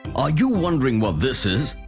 are you wondering what this is?